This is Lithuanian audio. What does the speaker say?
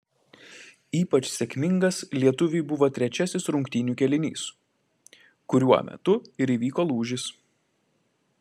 ypač sėkmingas lietuviui buvo trečiasis rungtynių kėlinys kuriuo metu ir įvyko lūžis